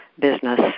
business